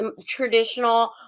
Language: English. traditional